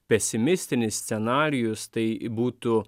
pesimistinis scenarijus tai būtų